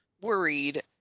worried